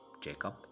Jacob